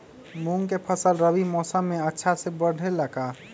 मूंग के फसल रबी मौसम में अच्छा से बढ़ ले का?